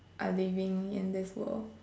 are living in this world